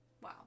Wow